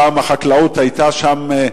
פעם החקלאות שם,